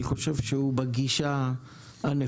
אני חושב שהוא בגישה הנכונה,